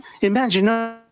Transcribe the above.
Imagine